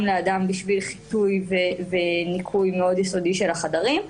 לאדם בשביל חיטוי וניקוי מאוד יסודי של החדרים,